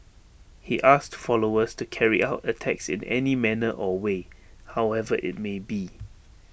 he asked followers to carry out attacks in any manner or way however IT may be